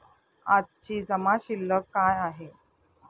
आजची जमा शिल्लक काय आहे?